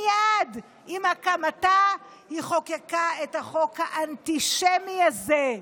מייד עם הקמתה היא חוקקה את החוק האנטישמי הזה,